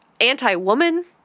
anti-woman